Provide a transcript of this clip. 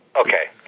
Okay